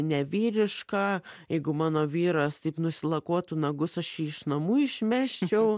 nevyriška jeigu mano vyras taip nusilakuotų nagus aš jį iš namų išmesčiau